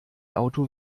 auto